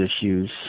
issues